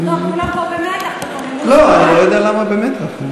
כולם כאן במתח, בכוננות, אני לא יודע למה במתח.